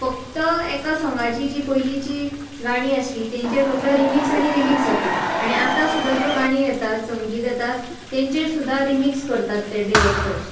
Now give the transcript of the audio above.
फक्त एका साँगाची जीं पयलींची गाणीं आसलीं तांचें फक्त रिमिक्स आनी रिमिक्स जाता आनी आतां सुद्दां ज्यो गाणी येतात संगीत येता तेंचेर सुद्दां रिमिक्स करतात ते डिरेक्टरस